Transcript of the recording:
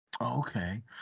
Okay